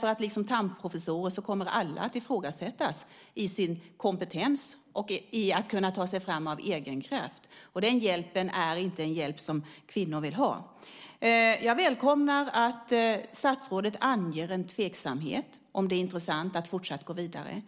för liksom Thamprofessorerna kommer alla att ifrågasättas när det gäller deras kompetens och förmåga att ta sig fram av egen kraft. Den hjälpen är inte en hjälp som kvinnor vill ha. Jag välkomnar att statsrådet anger en tveksamhet när det gäller om det är intressant att fortsatt gå vidare.